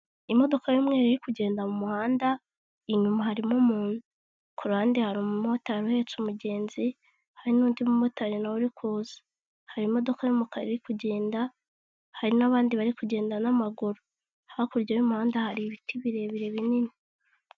Imodoka y'umweru iri kugenda mu muhanda inyuma harimo umuntu, kuruhande hari umumotari uhetse umugenzi hari n'undi mumotari nawe urikuza hari imodoka yumukara iri kugenda hari n'abandi bari kugenda n'amaguru hakurya y'umuhanda hari ibiti birebire binini.